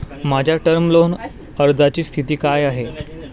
माझ्या term loan अर्जाची स्थिती काय आहे?